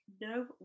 no